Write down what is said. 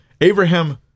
Abraham